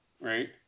right